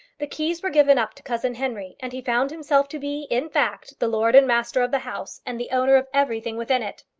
the keys were given up to cousin henry, and he found himself to be, in fact, the lord and master of the house, and the owner of everything within it.